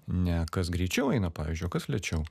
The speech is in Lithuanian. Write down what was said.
ne kas greičiau eina pavyzdžiui o kas lėčiau